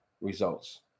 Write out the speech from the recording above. results